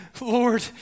Lord